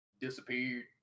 disappeared